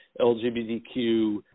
LGBTQ